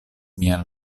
mian